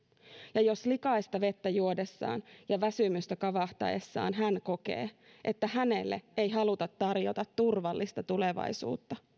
ja jos likaista vettä juodessaan ja väsymystä kavahtaessaan hän kokee että hänelle ei haluta tarjota turvallista tulevaisuutta